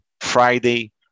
Friday